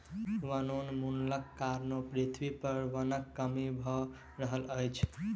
वनोन्मूलनक कारणें पृथ्वी पर वनक कमी भअ रहल अछि